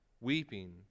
weeping